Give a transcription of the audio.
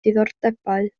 diddordebau